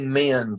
men